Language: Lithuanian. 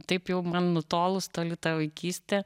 taip jau man nutolus toli ta vaikystė